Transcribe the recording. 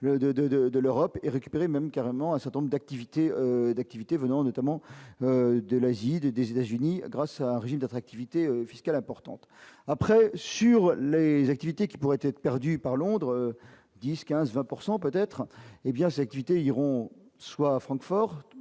de l'Europe et récupérer même carrément un certain nombre d'activités d'activités, venant notamment de l'asile et des États-Unis, grâce à un régime d'attractivité fiscale importante après sur les activités qui pourraient être perdus par Londres 10 15 20 pourcent peut-être hé bien sélectivité iront soit Francfort